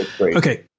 okay